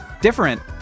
different